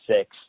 six